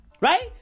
Right